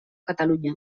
catalunya